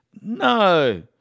No